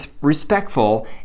respectful